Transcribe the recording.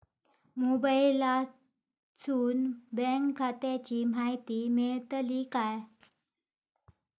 मोबाईलातसून बँक खात्याची माहिती मेळतली काय?